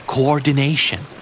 Coordination